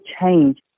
change